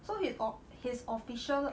so he off~ his official